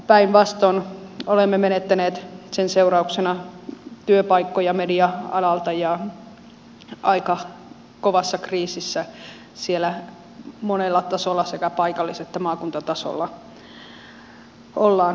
päinvastoin olemme menettäneet sen seurauksena työpaikkoja media alalta ja aika kovassa kriisissä siellä monella tasolla sekä paikallis että maakuntatasolla ollaan tällä hetkellä